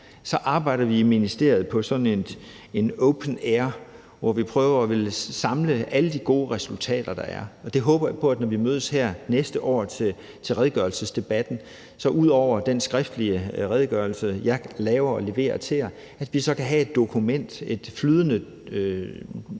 så arbejder vi i ministeriet på sådan en OpenAid , hvor vi prøver at samle alle de gode resultater, der er. Jeg håber på, at når vi mødes her næste år til redegørelsesdebatten, kan vi så ud over den skriftlige redegørelse, jeg laver og leverer til jer, have et dokument, et flydende dokument,